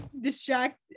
distract